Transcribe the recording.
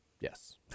yes